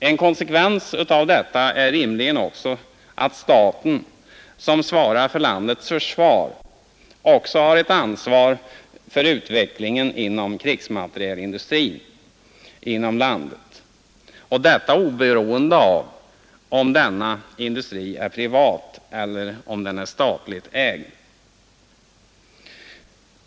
En konsekvens av detta är rimligen också att staten, som svarar för landets försvar, också har ett ansvar för utvecklingen inom krigsmaterielindustrin inom landet och detta oberoende av om denna industri är privat eller om den är statligt ägd.